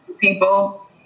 people